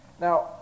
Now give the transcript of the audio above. now